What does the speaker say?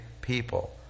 people